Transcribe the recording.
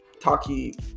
Taki